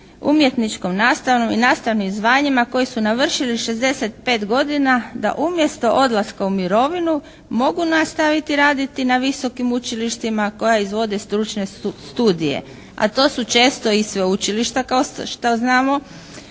umjetničkom nastavnom i nastavnim zvanjima koji su navršili 65 godina da umjesto odlaska u mirovinu mogu nastaviti raditi na visokim učilištima koja izvode stručne studije, a to su često i sveučilišta kao što znamo